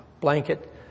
blanket